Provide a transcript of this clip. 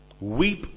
Weep